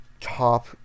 Top